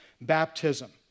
baptism